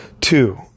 Two